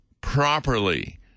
properly